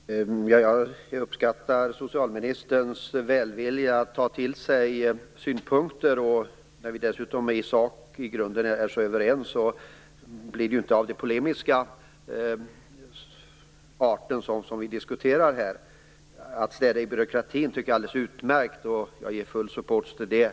Fru talman! Jag uppskattar socialministerns vilja att ta till sig synpunkter. När vi dessutom i sak är i grunden överens blir vår diskussion här inte av den polemiska arten. Att skära i byråkratin tycker jag är alldeles utmärkt. Jag ger full support till det.